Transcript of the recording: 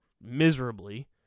miserably